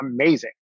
amazing